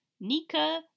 Nika